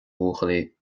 bhuachaillí